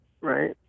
right